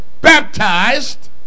baptized